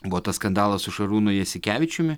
buvo tas skandalas su šarūnu jasikevičiumi